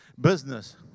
business